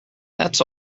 that’s